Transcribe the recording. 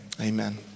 Amen